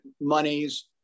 monies